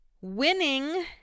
winning